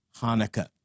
Hanukkah